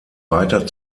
weiter